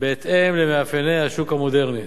למאפייני השוק המודרני.